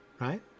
Right